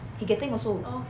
he getting also